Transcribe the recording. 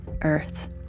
Earth